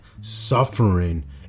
suffering